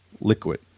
liquid